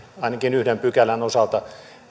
ainakin yhden pykälän osalta